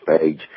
page